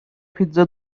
پیتزا